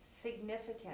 significant